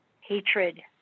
hatred